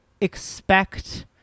expect